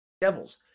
Devils